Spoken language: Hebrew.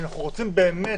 אם אנחנו רוצים באמת,